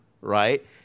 right